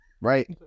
right